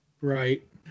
Right